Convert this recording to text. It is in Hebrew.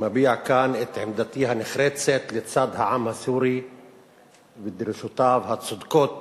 מביע כאן את עמדתי הנחרצת לצד העם הסורי ודרישותיו הצודקות